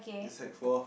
in sec-four